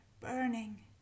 burning